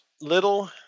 little